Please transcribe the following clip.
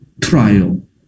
trial